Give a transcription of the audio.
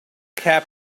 cap